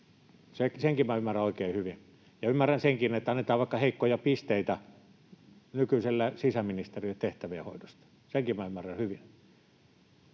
minä ymmärrän oikein hyvin — ja ymmärrän senkin, että annetaan vaikka heikkoja pisteitä nykyiselle sisäministerille tehtävien hoidosta — senkin minä ymmärrän hyvin.